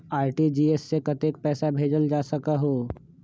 RTGS से कतेक पैसा भेजल जा सकहु???